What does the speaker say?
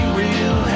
real